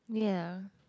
ya